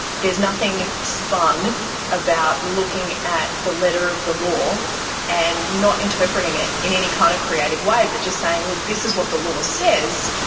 there is nothing spun about looking at the letter of the law and not interpreting it in any kind of creative way but just saying, look, this is what the law says,